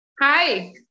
Hi